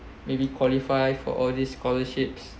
maybe qualify for all these scholarships